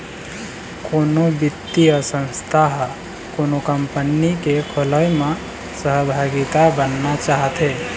कोनो बित्तीय संस्था ह कोनो कंपनी के खोलय म सहभागिता बनना चाहथे